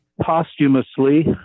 posthumously